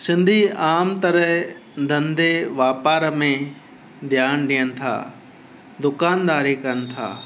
सिंधी आम तरह धंधे वापार में ध्यानु ॾियनि था दुकानदारी कनि था